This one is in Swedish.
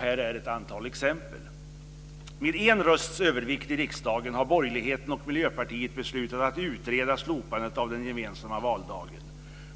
Här är ett antal exempel: · Med en rösts övervikt i riksdagen har borgerligheten och Miljöpartiet beslutat att utreda slopandet av den gemensamma valdagen.